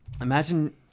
imagine